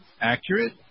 accurate